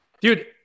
dude